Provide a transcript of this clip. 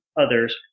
others